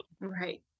Right